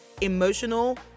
emotional